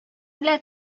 белә